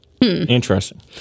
Interesting